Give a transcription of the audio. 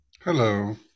Hello